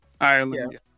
Ireland